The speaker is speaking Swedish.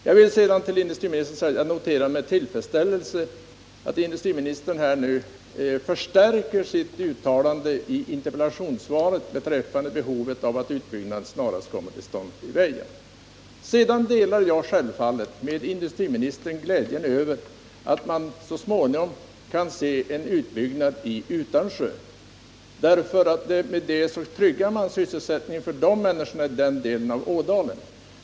Jag vill sedan till industriministern säga att jag noterar med tillfredsställelse att industriministern här förstärker sitt uttalande i interpellationssvaret beträffande behovet av att utbyggnad snarast kommer till stånd i Väja. Självfallet delar jag med industriministern glädjen över att man så småningom också kan se en utbyggnad i Utansjö. I och med det tryggar man ju sysselsättningen för människorna i den delen av Ådalen.